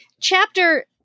chapter